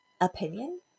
opinion